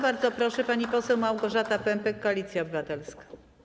Bardzo proszę, pani poseł Małgorzata Pępek, Koalicja Obywatelska.